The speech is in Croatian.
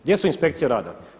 Gdje su inspekcije rada?